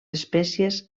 espècies